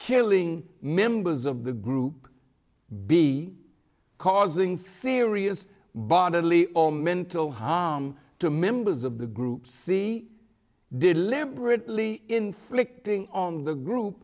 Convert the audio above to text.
killing members of the group be causing serious bodily all mental harm to members of the group see deliberately inflicting on the group